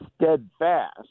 steadfast